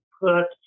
put